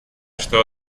что